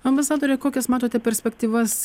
ambasadore kokias matote perspektyvas